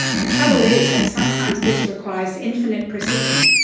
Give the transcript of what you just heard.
the trouble is that sometimes this requires infinite precision,